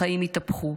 החיים התהפכו.